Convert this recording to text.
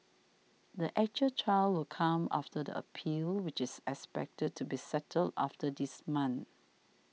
the actual trial will come after the appeal which is expected to be settled after this month